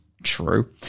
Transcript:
true